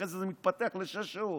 אחרי זה זה מתפתח לשש שעות,